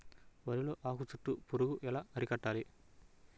వరిలో ఆకు చుట్టూ పురుగు ఎలా అరికట్టాలి?